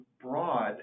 broad